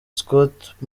scott